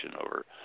over